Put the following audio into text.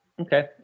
Okay